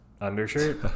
undershirt